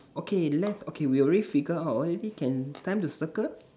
okay let's okay we already figure out already can time to circle